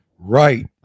right